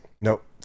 Nope